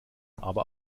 aber